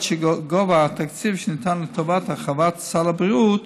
בעוד גובה התקציב שניתן לטובת הרחבת סל הבריאות